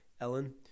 Ellen